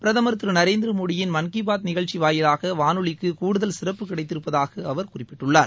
பிரதம் திரு நரேந்திரமோடியின் மன் கி பாத் நிகழ்ச்சி வாயிலாக வானொலிக்கு கூடுதல் சிறப்பு கிடைத்திருப்பதாக அவர் குறிப்பிட்டுள்ளார்